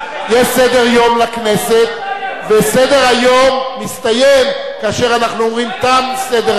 יש סדר-יום לכנסת וסדר-היום מסתיים כאשר אנחנו אומרים: תם סדר-היום.